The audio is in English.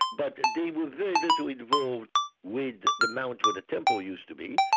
but they were very little involved with the mount where the temple used to be,